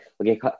okay